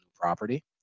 property